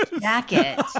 jacket